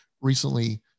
recently